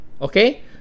okay